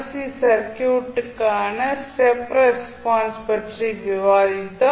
C சர்க்யூட்டுக்கான step response பற்றி விவாதித்தோம்